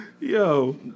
Yo